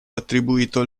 attribuito